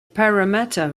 parramatta